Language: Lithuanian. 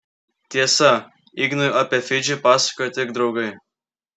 tiesa ignui apie fidžį pasakojo tik draugai